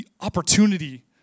opportunity